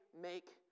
make